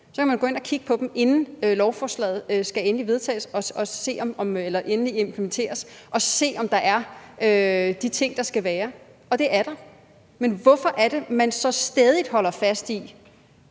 gå ind og kigge på dem og se, om der er de ting, der skal være. Og det er der. Men hvorfor er det, man så stædigt holder fast i,